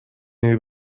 میری